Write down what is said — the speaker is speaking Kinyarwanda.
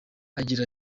agira